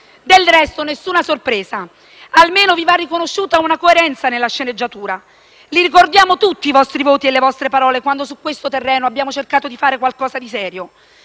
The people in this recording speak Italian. Del resto, nessuna sorpresa; almeno vi va riconosciuta una coerenza nella sceneggiatura. Li ricordiamo tutti i vostri voti e le vostre parole quando su questo terreno abbiamo cercato di fare qualcosa di serio.